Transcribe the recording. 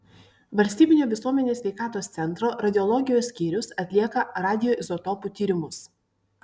valstybinio visuomenės sveikatos centro radiologijos skyrius atlieka radioizotopų tyrimus